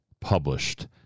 published